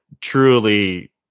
truly